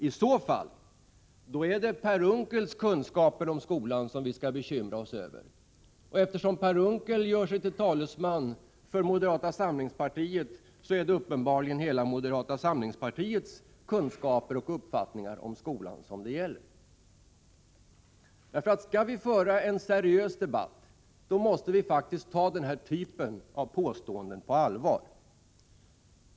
I så fall är det Per Unckels kunskaper om skolan som vi skall bekymra oss över. Eftersom Per Unckel gör sig till talesman för moderata samlingspartiet är det uppenbarligen hela moderata samlingspartiets kunskaper och uppfattningar om skolan det handlar om. Skall vi föra en seriös debatt måste vi faktiskt ta den här typen av påståenden på allvar.